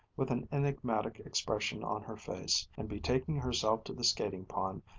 with an enigmatic expression on her face, and betaking herself to the skating-pond,